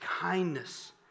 kindness